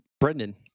Brendan